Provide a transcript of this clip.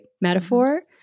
metaphor